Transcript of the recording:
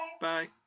Bye